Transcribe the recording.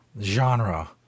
genre